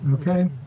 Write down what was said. Okay